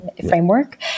framework